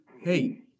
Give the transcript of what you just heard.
Hey